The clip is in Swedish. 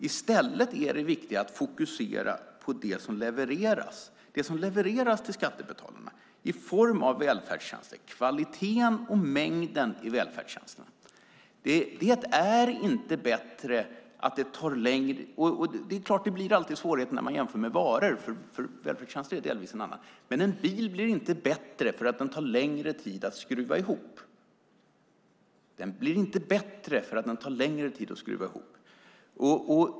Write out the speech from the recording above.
I stället är det viktiga att fokusera på det som levereras till skattebetalarna i form av välfärdstjänster - kvaliteten och mängden i välfärdstjänsterna. Det blir alltid svårigheter när man jämför med varor eftersom välfärdstjänster är delvis någonting annat. Men en bil blir inte bättre för att den tar längre tid att skruva ihop.